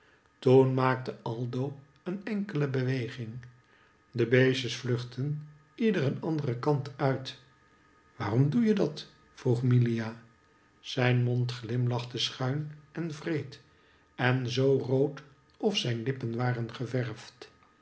toen maakte aldo een enkele beweging de beestjes vluchtten ieder een anderen kant uit waarom doeje dat vroeg milia zijn mond glimlachte schum en wreed en zoo rood of zijn lippen waren geverfd